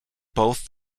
both